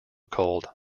called